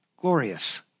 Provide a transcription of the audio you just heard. glorious